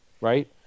right